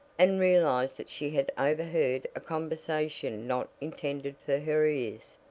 and realized that she had overheard a conversation not intended for her ears.